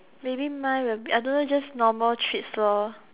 maybe my will be I don't know just normal treats lor